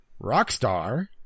Rockstar